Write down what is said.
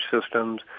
systems